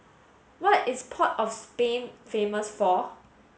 what is Port of Spain famous for